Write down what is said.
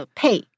pay